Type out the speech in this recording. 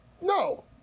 No